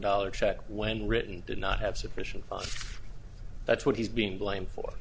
dollars check when written did not have sufficient funds that's what he's being blamed for